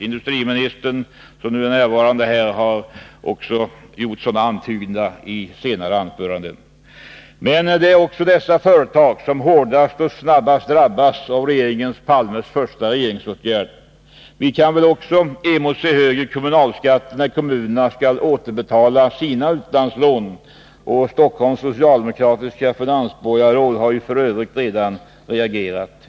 Industriministern, som nu är närvarande här, har gjort sådana antydningar i senare anföranden. Men det är dock dessa företag som hårdast och snabbast drabbas av regeringen Palmes första regeringsåtgärd. Vi kan väl också emotse högre kommunalskatter, när kommunerna skall återbetala sina utlandslån. Stockholms socialdemokratiska finansborgarråd har ju redan reagerat.